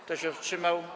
Kto się wstrzymał?